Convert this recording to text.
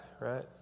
right